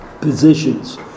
positions